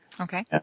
Okay